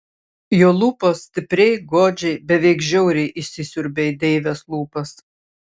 jo lūpos stipriai godžiai beveik žiauriai įsisiurbė į deivės lūpas